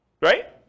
Right